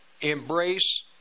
embrace